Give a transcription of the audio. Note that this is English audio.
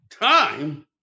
Time